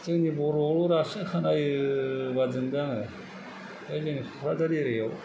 जोंनि बर'आवल' बांसिन खोनायो बादि मोनदों आङो बे जोंनि क'कराझार एरियायाव